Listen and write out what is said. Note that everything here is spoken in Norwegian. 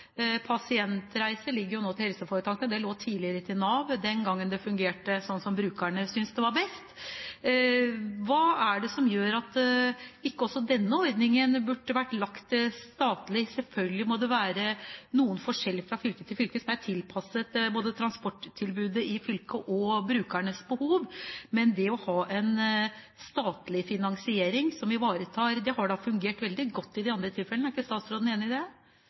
den gangen det fungerte slik som brukerne syntes det var best: Hva er det som gjør at ikke også denne ordningen burde vært statlig? Selvfølgelig må det være noen forskjeller fra fylke til fylke som er tilpasset både transporttilbudet i fylket og brukernes behov, men det å ha en statlig finansiering som ivaretar, har da fungert veldig godt i de andre tilfellene. Er ikke statsråden enig i det?